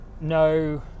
no